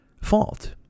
fault